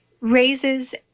raises